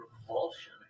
revulsion